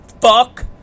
Fuck